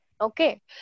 Okay